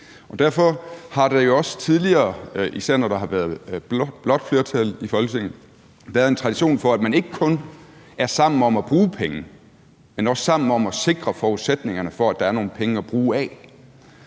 flertal i Folketinget, været en tradition for, at man ikke kun er sammen om at bruge penge, men også er sammen om at sikre forudsætningerne for, at der er nogle penge at bruge af.